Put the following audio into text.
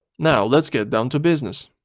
now let's get down to business.